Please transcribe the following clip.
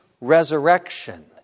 resurrection